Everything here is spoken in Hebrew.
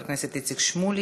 חברי הכנסת איציק שמולי,